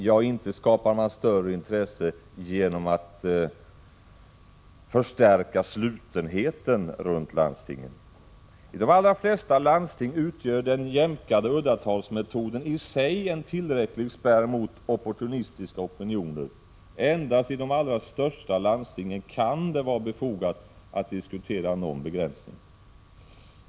Ja, inte skapar man större intresse genom att förstärka slutenheten runt landstingen. I de allra flesta landsting utgör den jämkade uddatalsmetoden i sig en tillräcklig spärr mot opportunistiska opinioner. Endast i de allra största landstingen kan det vara befogat att diskutera någon begränsning.